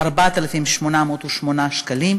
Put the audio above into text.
4,808 שקלים,